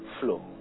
flow